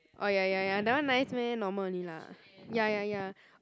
oh ya ya ya that one nice meh normal only lah ya ya ya